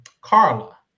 Carla